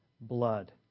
blood